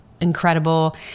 incredible